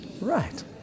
Right